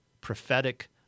prophetic